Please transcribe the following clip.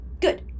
good